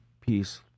peace